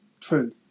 true